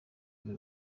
biba